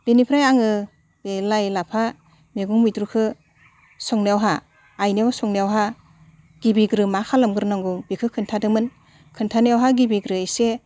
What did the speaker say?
बिनिफ्राय आङो बे लाइ लाफा मैगं मैद्रुखो संनायावहा आइनियाव सोंनायावहा गिबिग्रो मा खालामग्रोनांगौ बेखो खोन्थादोमोन खोन्थानायावहा गिबिग्रो एसे